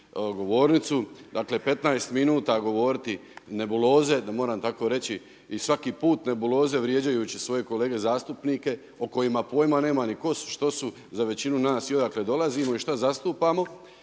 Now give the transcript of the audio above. govornicu. Dakle, 15 minuta govoriti nebuloze da moram tako reći i svaki put nebuloze vrijeđajući svoje kolege zastupnike o kojima pojma nema ni ko su, što su za većinu nas i odakle dolazimo i šta zastupamo.